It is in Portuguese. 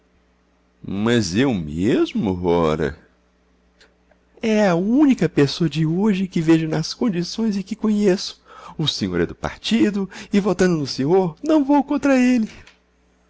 mas eu mesmo ora é a única pessoa de hoje que vejo nas condições e que conheço o senhor é do partido e votando no senhor não vou contra ele